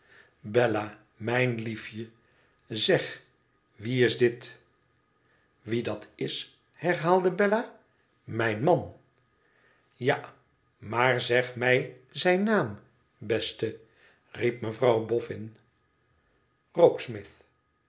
mijn liefje zeg wie is dit wie dat is herhaalde bella imijn man tja i maar zeg mij zijn naam beste i riep mevrouw boffin